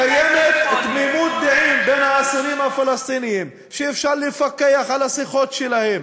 קיימת תמימות דעים בין האסירים הפלסטינים שאפשר לפקח על השיחות שלהם,